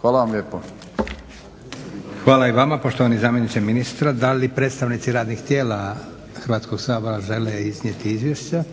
Hvala vam lijepo. **Leko, Josip (SDP)** Hvala i vama poštovani zamjeniče ministra. Da li predstavnici radnih tijela Hrvatskog sabora žele iznijeti izvješća?